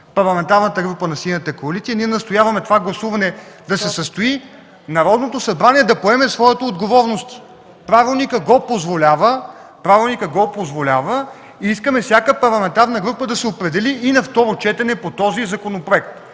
Парламентарната група на Синята коалиция. Настояваме това гласуване да се състои – Народното събрание да поеме своята отговорност. Правилникът го позволява. Искаме всяка парламентарна група да се определи и на второ четене по този законопроект.